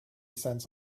cents